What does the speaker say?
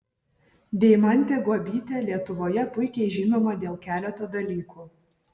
deimantė guobytė lietuvoje puikiai žinoma dėl keleto dalykų